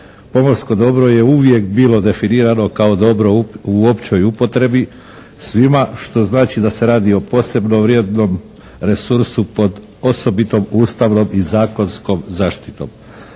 Pomorsko dobro je uvijek bilo definirano kao dobro u općoj upotrebi svima, što znači da se radi o posebno vrijednom resursu pod osobito ustavnom i zakonskom zaštitom.